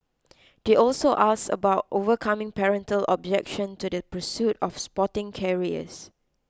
they also asked about overcoming parental objection to the pursuit of sporting careers